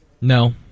No